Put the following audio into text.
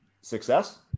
Success